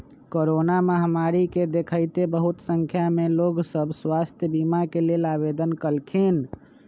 corona महामारी के देखइते बहुते संख्या में लोग सभ स्वास्थ्य बीमा के लेल आवेदन कलखिन्ह